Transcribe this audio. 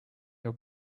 your